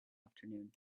afternoon